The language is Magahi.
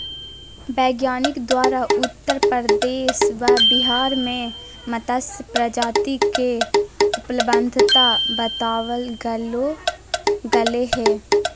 वैज्ञानिक द्वारा उत्तर प्रदेश व बिहार में मत्स्य प्रजाति के उपलब्धता बताबल गले हें